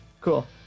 Cool